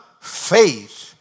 faith